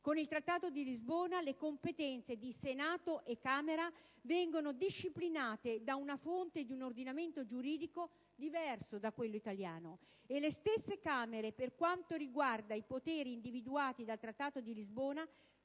Con il Trattato di Lisbona le competenze di Senato e Camera vengono disciplinate da una fonte di un ordinamento giuridico diverso da quello italiano, e le stesse Camere, per quanto riguarda i poteri individuati dal Trattato di Lisbona,